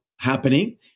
happening